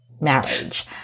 marriage